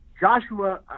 Joshua